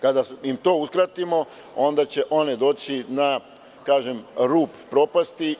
Kada im to uskratimo, onda će one doći na rub propasti.